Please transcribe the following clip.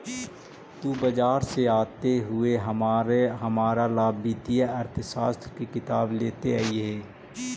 तु बाजार से आते हुए हमारा ला वित्तीय अर्थशास्त्र की किताब लेते अइहे